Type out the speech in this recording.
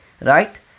Right